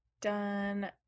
done